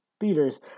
theaters